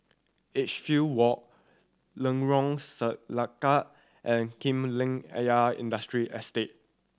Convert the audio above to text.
Edgefield Walk Lorong Selangat and Kolam Ayer Industrial Estate